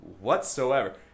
Whatsoever